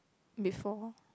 before